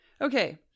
Okay